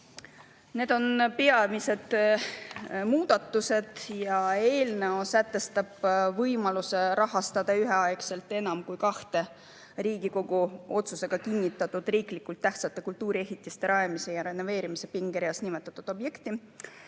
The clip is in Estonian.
Need on peamised muudatused. Eelnõu sätestab võimaluse rahastada üheaegselt enam kui kahte Riigikogu otsusega kinnitatud riiklikult tähtsate kultuuriehitiste rajamise ja renoveerimise pingereas nimetatud objekti.